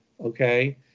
okay